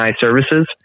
services